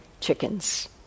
chickens